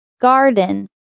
Garden